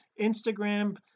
Instagram